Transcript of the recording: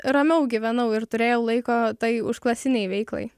ramiau gyvenau ir turėjau laiko tai užklasinei veiklai